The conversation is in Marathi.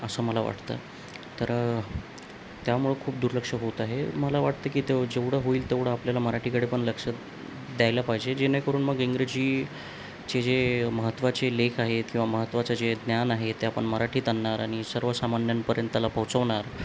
असं मला वाटतं तर त्यामुळं खूप दुर्लक्ष होत आहे मला वाटतं की ते जेवढं होईल तेवढं आपल्याला मराठीकडे पण लक्ष द्यायला पाहिजे जेणेकरून मग इंग्रजीचे जे महत्त्वाचे लेख आहेत किंवा महत्त्वाचं जे ज्ञान आहे ते आपण मराठीत आणणार आणि सर्वसामान्यांपर्यंत त्याला पोहोचवणार